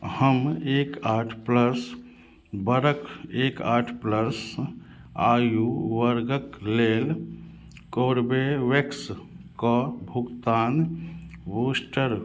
हम एक आठ प्लस बरख एक आठ प्लस आयु वर्गक लेल कोरबेवेक्सके भुगतान बूस्टर